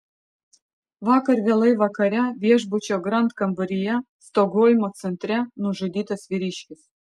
vakar vėlai vakare viešbučio grand kambaryje stokholmo centre nužudytas vyriškis